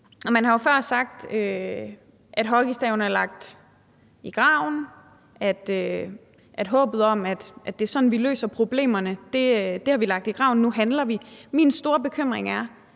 man har jo før sagt, at hockeystaven er lagt i graven, at håbet om, at det er sådan, vi løser problemerne, har vi lagt i graven; nu handler vi. Min store bekymring er: